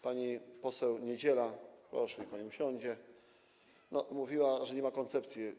Pani poseł Niedziela - proszę, niech pani usiądzie - mówiła, że nie ma koncepcji.